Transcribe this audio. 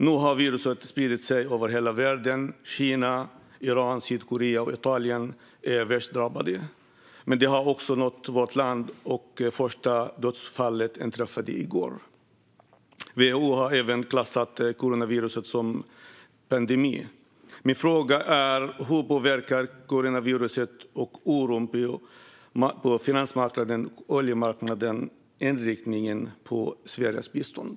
Nu har viruset spridit sig över hela världen; Kina, Iran, Sydkorea och Italien är värst drabbade, men det har nått även vårt land - och det första dödsfallet inträffade i går. WHO har dessutom klassat coronaviruset som en pandemi. Min fråga är: Hur påverkar coronaviruset och oron på finansmarknaden och oljemarknaden inriktningen på Sveriges bistånd?